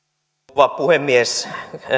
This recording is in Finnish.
rouva puhemies